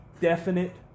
definite